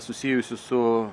susijusių su